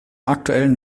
aktuellen